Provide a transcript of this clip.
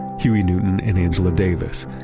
huey newton and angela davis,